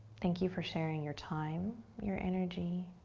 thank you for sharing your time, your energy,